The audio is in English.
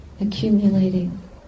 accumulating